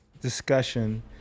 discussion